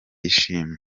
ishimwe